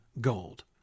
gold